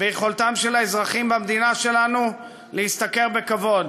ביכולתם של האזרחים במדינה שלנו להשתכר בכבוד,